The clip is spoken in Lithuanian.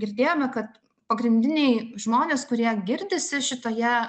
girdėjome kad pagrindiniai žmonės kurie girdisi šitoje